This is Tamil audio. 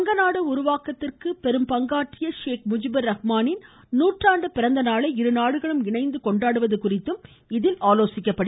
வங்கநாடு உருவாக்கத்திற்கு பங்காற்றிய ஷேக் முஜிபர் ரஹ்மானின் நூற்றாண்டு பிறந்தநாளை இருநாடுகளும் இணைந்து கொண்டாடுவது குறித்தும் இதில் ஆலோசிக்கப்படுகிறது